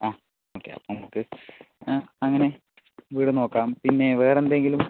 ആ ഓക്കെ അപ്പം നമുക്ക് ആ അങ്ങനെ വീടും നോക്കാം പിന്നെ വേറെന്തെങ്കിലും